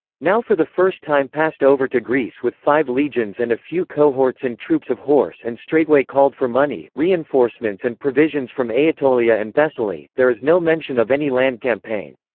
now for the first time passed over to greece with five legions and a few cohorts and troops of horse and straightway called for money, reenforcements and provisions from aetolia and thessaly. there is no mention of any land campaign.